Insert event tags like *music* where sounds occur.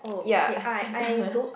ya *laughs*